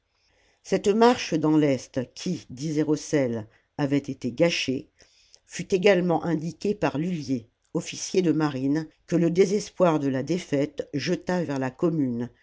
cette marche dans l'est qui disait rossel avait été gâchée fut également indiquée par lullier officier de marine que le désespoir de la défaite jeta vers la commune